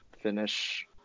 finish